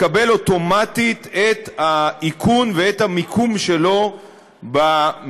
לקבל אוטומטית את האיכון ואת המיקום שלו במדינה.